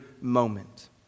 moment